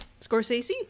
scorsese